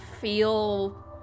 feel